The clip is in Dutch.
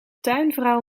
tuinvrouw